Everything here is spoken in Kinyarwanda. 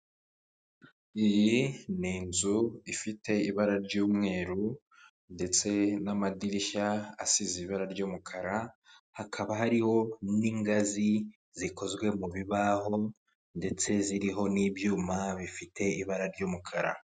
Iyi ni inzu ifite ibara ry'umweru ndetse n'amadirisha asize ibara ry'umukara hakaba hariho n'ingazi zikozwe mu bibaho ndetse ziriho n'ibyuma bifite ibara ry'umukara.